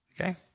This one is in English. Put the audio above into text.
Okay